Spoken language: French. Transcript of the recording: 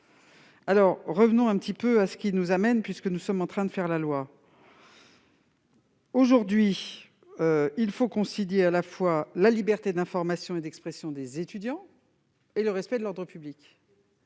Revenons un peu à ce qui nous réunit ce soir, puisque nous sommes en train de faire la loi. Aujourd'hui, il faut concilier à la fois la liberté d'information et d'expression des étudiants et le respect de l'ordre public.